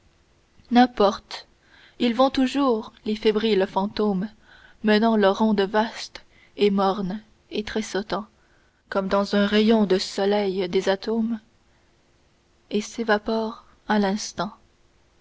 n'importe ils vont toujours les fébriles fantômes menant leur ronde vaste et morne et tressautant comme dans un rayon de soleil des atomes et s'évaporent à l'instant